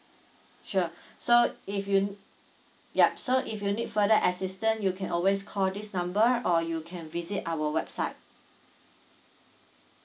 sure so if you yup so if you need for the assistant you can always call this number or you can visit our website